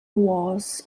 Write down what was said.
walls